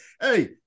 hey